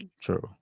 true